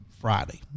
Friday